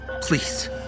Please